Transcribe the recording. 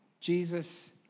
Jesus